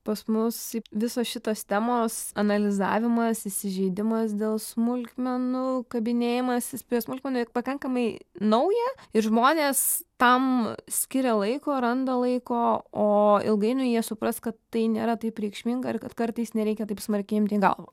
pas mus visos šitos temos analizavimas įsižeidimas dėl smulkmenų kabinėjimasis prie smulkmenų yra pakankamai nauja ir žmonės tam skiria laiko randa laiko o ilgainiui jie supras kad tai nėra taip reikšminga ir kad kartais nereikia taip smarkiai imti į galvą